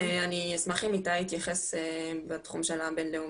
אני אשמח אם איתי יתייחס בתחום של המשפט הבינלאומי.